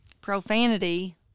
Profanity